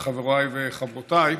חבר הכנסת דב חנין,